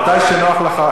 מתי שנוח לך,